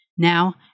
Now